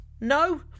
No